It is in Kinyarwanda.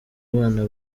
abana